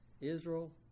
Israel